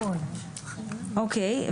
אוקיי.